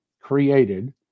created